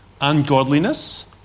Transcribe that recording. ungodliness